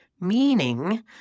meaning